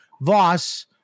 Voss